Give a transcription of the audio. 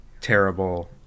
terrible